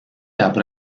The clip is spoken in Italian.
apre